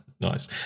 Nice